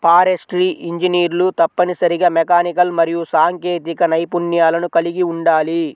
forestry ఇంజనీర్లు తప్పనిసరిగా mechanical మరియు సాంకేతిక నైపుణ్యాలను కలిగి ఉండాలి